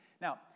Now